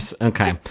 Okay